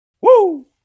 Woo